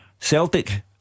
Celtic